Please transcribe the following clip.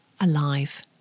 alive